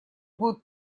будут